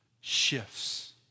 shifts